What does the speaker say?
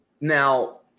Now